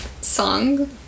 song